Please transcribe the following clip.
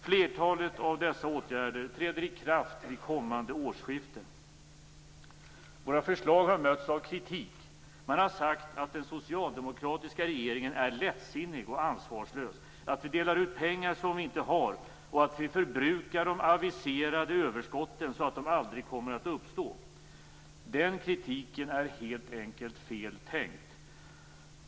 Flertalet av dessa åtgärder träder i kraft vid kommande årsskifte. Våra förslag har mötts av kritik. Man har sagt att den socialdemokratiska regeringen är lättsinnig och ansvarslös, att vi delar ut pengar som vi inte har och att vi förbrukar de aviserade överskotten så att de aldrig kommer att uppstå. Den kritiken är helt enkelt fel tänkt.